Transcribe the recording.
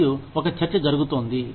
మరియు ఒక చర్చ జరుగుతోంది